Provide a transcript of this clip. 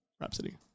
Rhapsody